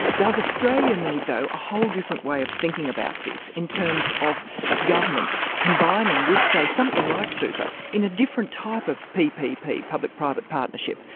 does australia need, though, a whole different way of thinking about this in terms of government combining with, say, something like super in a different type of ppp, public private partnership,